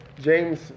James